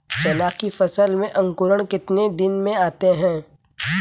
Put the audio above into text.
चना की फसल में अंकुरण कितने दिन में आते हैं?